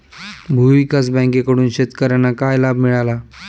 भूविकास बँकेकडून शेतकर्यांना काय लाभ मिळाला?